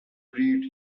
read